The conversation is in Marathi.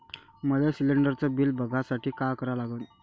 मले शिलिंडरचं बिल बघसाठी का करा लागन?